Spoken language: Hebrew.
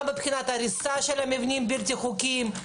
גם מבחינת הריסה של המבנים הבלתי חוקיים.